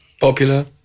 Popular